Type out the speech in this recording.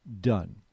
done